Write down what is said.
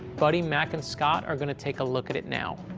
buddy, mac and scott are going to take a look at it now.